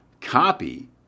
copy